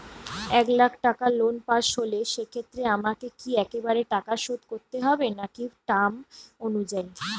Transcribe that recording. এক লাখ টাকা loan pass হল সেক্ষেত্রে আমাকে কি একবারে টাকা শোধ করতে হবে নাকি টার্ম অনুযায়ী?